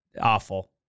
awful